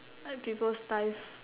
like people's ties